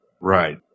Right